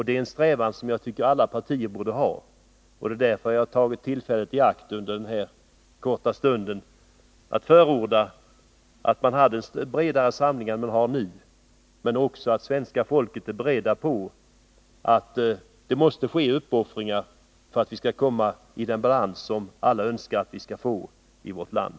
Det är en strävan som jag tycker att alla partier borde ha, och det är därför jag har tagit tillfället i akt under denna korta stund att förorda en bredare samverkan än vi har nu. Men svenska folket måste också vara berett på uppoffringar för att vi skall komma i den balans som alla önskar att vi skall få i vårt land.